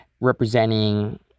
representing